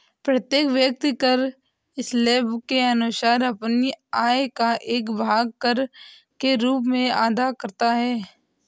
प्रत्येक व्यक्ति कर स्लैब के अनुसार अपनी आय का एक भाग कर के रूप में अदा करता है